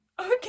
okay